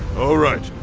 all right,